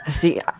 See